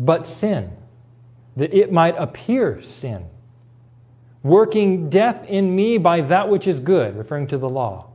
but sin that it might appear sin working death in me by that which is good referring to the law